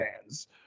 fans